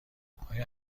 آیا